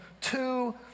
two